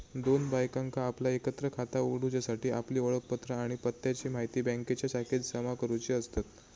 दोन बायकांका आपला एकत्र खाता उघडूच्यासाठी आपली ओळखपत्रा आणि पत्त्याची म्हायती बँकेच्या शाखेत जमा करुची असतत